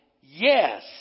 Yes